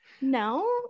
no